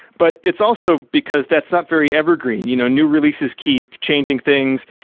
but it's also because that's not very evergreen. you know new releases keep changing things.